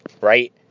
right